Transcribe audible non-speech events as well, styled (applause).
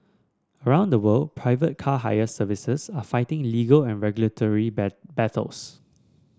around the world private car hire services are fighting legal and regulatory (unintelligible) battles